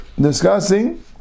discussing